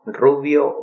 rubio